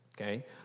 okay